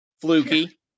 Fluky